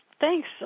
thanks